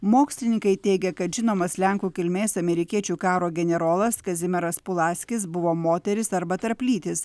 mokslininkai teigia kad žinomas lenkų kilmės amerikiečių karo generolas kazimieras pulaskis buvo moteris arba tarplytis